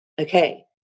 okay